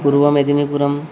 पूर्व मेदिनिपुरम्